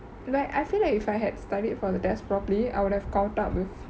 like I feel like if I had studied for the test properly I would have caught up with